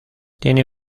tiene